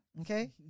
okay